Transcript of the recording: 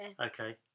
okay